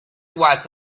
was